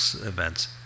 events